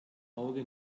auge